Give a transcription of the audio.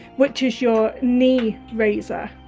which is your knee raiser